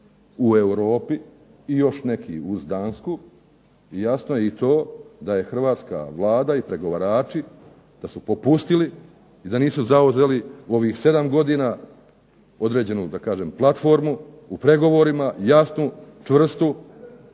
u Europi i još neki uz Dansku, jasno je to da Hrvatska vlada i pregovarači da su popustili i da nisu zauzeli u ovih sedam godina određenu platformu u pregovorima, jasnu čvrstu,